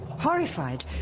Horrified